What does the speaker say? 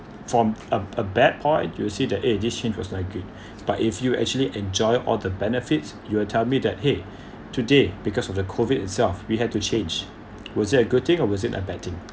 from a a bad point you'll see the eh this change was not good but if you actually enjoy all the benefits you will tell me that !hey! today because of the COVID itself we had to change was it a good thing or was it a bad thing